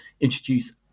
introduce